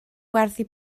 werthu